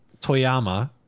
Toyama